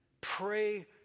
Pray